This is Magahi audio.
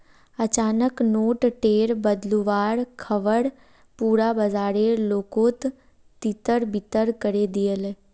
अचानक नोट टेर बदलुवार ख़बर पुरा बाजारेर लोकोत तितर बितर करे दिलए